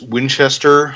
Winchester